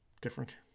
different